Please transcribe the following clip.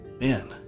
Man